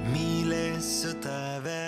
mylėsiu tave